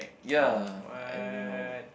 ya I don't know